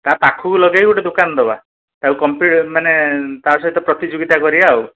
ତା ପାଖକୁ ଲଗେଇକି ଗୋଟେ ଦୋକାନ ଦେବା ତାକୁ ମାନେ ତା ସହିତ ପ୍ରତିଯୋଗିତା କରିବା ଆଉ